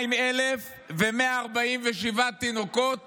52,147 תינוקות